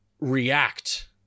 react